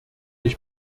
ich